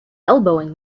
elbowing